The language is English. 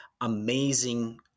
amazing